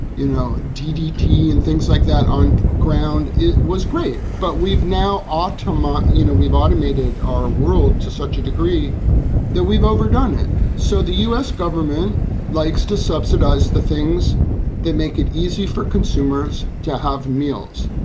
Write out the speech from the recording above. you know, ddt and things like that on ground. it was great. but we've now automat, you know, we've automated our world to such a degree that we've overdone it. so the u s. government likes to subsidize the things that make it easy for consumers to have meals.